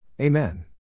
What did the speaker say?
Amen